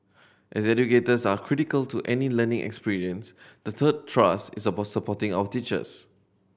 as educators are critical to any learning experience the third thrust is about supporting our teachers